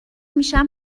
میشم